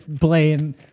playing